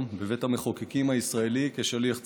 בבית המחוקקים הישראלי כשליח ציבור,